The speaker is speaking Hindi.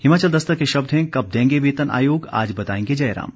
हिमाचल दस्तक के शब्द हैं कब देंगे वेतन आयोग आज बताएंगे जयराम